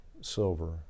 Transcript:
silver